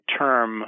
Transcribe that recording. term